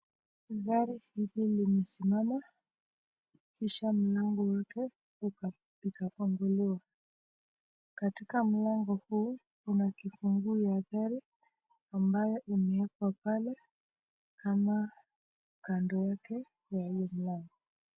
Gari hili limesimama kisha mlango wake ikafunguliwa. Katika mlango huu kuna kifunguo ya gari ambayo imewekwa pale kama kando yake ya hiyo mlango.